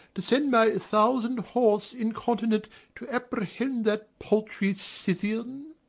to send my thousand horse incontinent to apprehend that paltry scythian.